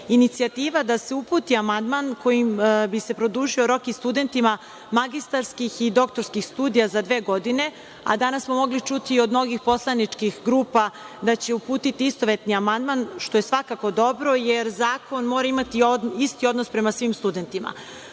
inicijativa da se uputi amandman kojim bi se produžio rok i studentima magistarskih i doktorskih studija za dve godine, a danas smo mogli čuti od mnogih poslaničkih grupa da će uputiti istovetni amandman, što je svakako dobro, jer zakon mora imati isti odnos prema svim studentima. Iz